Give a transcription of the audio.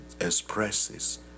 expresses